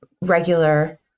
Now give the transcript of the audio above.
regular